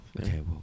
Okay